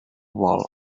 bol